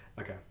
Okay